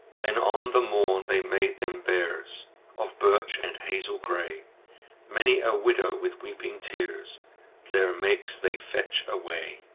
then on the morn they made them biers of birch and hazel gray many a widow with weeping tears their makes they fetch away.